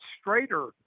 straighter